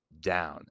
down